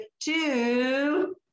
two